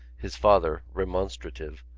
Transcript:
his father, remonstrative,